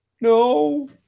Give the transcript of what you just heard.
No